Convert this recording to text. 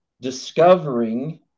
discovering